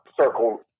circle